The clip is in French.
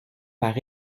par